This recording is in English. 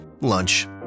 Lunch